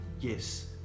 Yes